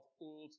Old